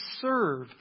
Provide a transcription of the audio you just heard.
serve